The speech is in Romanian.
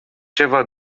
ceva